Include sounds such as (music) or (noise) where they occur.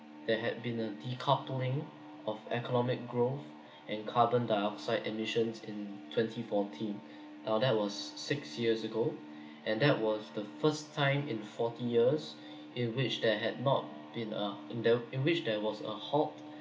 there had been a decoupling of economic growth (breath) and carbon dioxide emissions in twenty fourteen (breath) uh that was six years ago and that was the first time in forty years in which that had not been a in the in which there was a halt